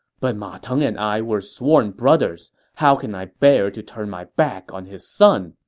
but ma teng and i were sworn brothers. how can i bear to turn my back on his son?